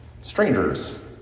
strangers